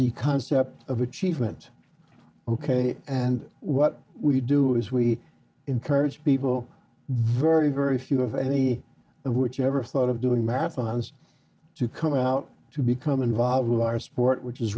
the concept of achievement ok and what we do is we encourage people very very few of any of which ever thought of doing math science to come out to become involved with our sport which is